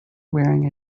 wearing